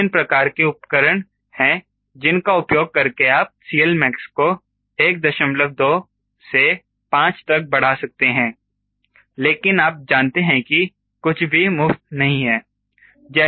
विभिन्न प्रकार के उपकरण हैं जिन का उपयोग करके आप 𝐶Lmax को 12 से 5 तक बढ़ा सकते हैं लेकिन आप जानते हैं कि कुछ भी मुफ्त नहीं है